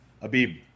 Abib